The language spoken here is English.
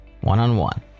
one-on-one